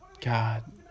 God